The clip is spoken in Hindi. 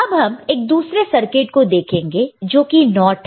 अब हम एक दूसरे सर्किट को देखेंगे जो कि NOT है